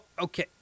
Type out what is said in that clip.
okay